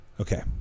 Okay